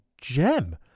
gem